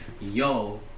Yo